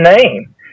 name